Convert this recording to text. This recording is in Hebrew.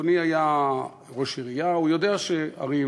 אדוני היה ראש עירייה, הוא יודע שערים,